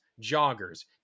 joggers